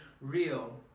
real